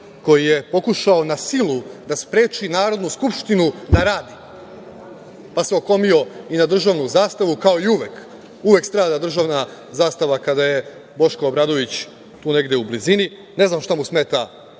koji je pokušao na silu da spreči Narodnu skupštinu da radi, pa se okomio i na državnu zastavu, kao i uvek. Uvek strada državna zastava kada je Boško Obradović tu negde u blizini. Ne znam šta mu smeta